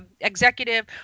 executive